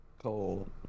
cold